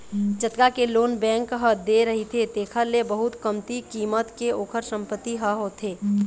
जतका के loan bank ह दे रहिथे तेखर ले बहुत कमती कीमत के ओखर संपत्ति ह होथे